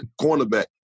cornerback